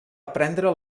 aprendre